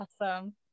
awesome